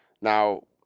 Now